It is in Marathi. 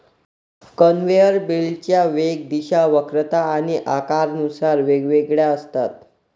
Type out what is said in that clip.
कन्व्हेयर बेल्टच्या वेग, दिशा, वक्रता आणि आकारानुसार वेगवेगळ्या असतात